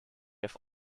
have